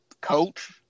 coach